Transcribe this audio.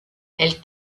elle